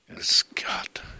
Scott